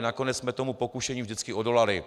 Nakonec jsme tomu pokušení vždycky odolali.